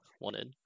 wanted